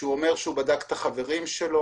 כשהוא אומר שהוא בדק את החברים שלו,